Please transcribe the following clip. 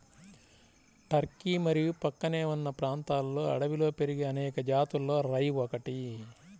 Turkey మరియు ప్రక్కనే ఉన్న ప్రాంతాలలో అడవిలో పెరిగే అనేక జాతులలో రై ఒకటి